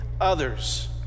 others